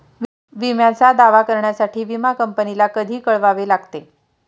विम्याचा दावा करण्यासाठी विमा कंपनीला कधी कळवावे लागते?